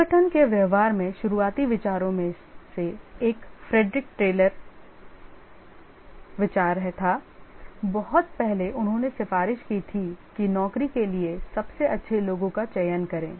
संगठन के व्यवहार में शुरुआती विचारों में से एक फ्रेडरिक टेलर था बहुत पहले उन्होंने सिफारिश की थी कि नौकरी के लिए सबसे अच्छे लोगों का चयन करें